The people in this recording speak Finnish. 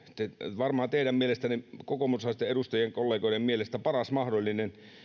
varmaan teidän mielestänne kokoomuslaisten edustajien kollegoiden mielestä paras mahdollinen